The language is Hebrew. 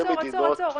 עצור, עצור, עצור.